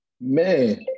Man